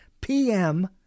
pm